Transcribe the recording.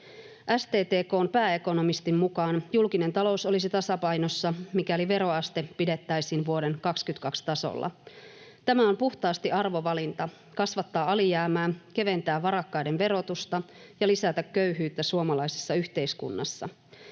STTK:n pääekonomistin mukaan julkinen talous olisi tasapainossa, mikäli veroaste pidettäisiin vuoden 22 tasolla. Tämä on puhtaasti arvovalinta kasvattaa alijäämää, keventää varakkaiden verotusta ja lisätä köyhyyttä suomalaisessa yhteiskunnassa.